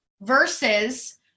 versus